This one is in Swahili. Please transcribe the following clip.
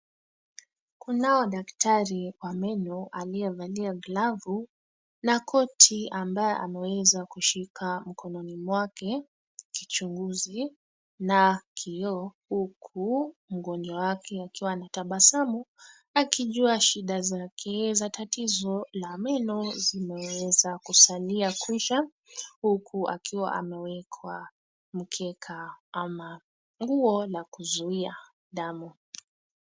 Kunao daktari wa meno aliyevalia glavu na koti ambaye ameweza kushika mkononi mwake kichunguzi na kioo huku mgonjwa wake akiwa akitabasamu akijua shida zake za tatizo la meno zimeweza kuzalia kwisha huku akiwa amewekwa mkeka ama nguo la kuzuia damu.